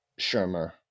Shermer